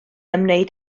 ymwneud